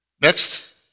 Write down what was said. Next